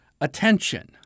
attention